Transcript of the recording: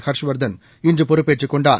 ஹர்ஷ்வர்தன் இன்று பொறுப்பேற்றுக் கொண்டார்